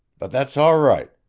but that's all right.